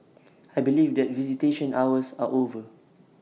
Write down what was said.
I believe that visitation hours are over